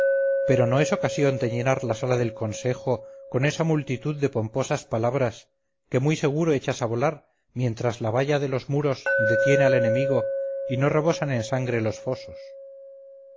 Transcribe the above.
pero no es ocasión de llenar la sala del consejo con esa multitud de pomposas palabras que muy seguro echas a volar mientras la valla de los muros detiene al enemigo y no rebosan en sangre los fosos